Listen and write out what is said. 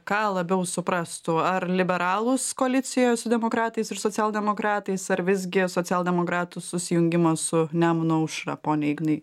ką labiau suprastų ar liberalus koalicijoje su demokratais ir socialdemokratais ar visgi socialdemokratų susijungimą su nemuno aušra pone ignai